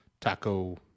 taco